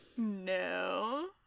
No